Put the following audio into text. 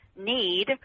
need